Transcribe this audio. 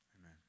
amen